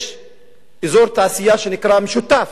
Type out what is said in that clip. יש אזור תעשייה משותף,